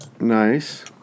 Nice